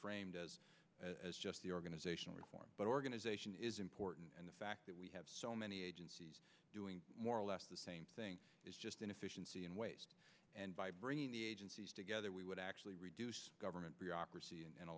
framed as as just the organizational reform but organization is important and the fact that we have so many agencies doing more or less the same thing is just inefficiency and waste and by bringing the agencies together we would actually reduce government